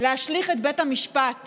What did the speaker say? תוך 60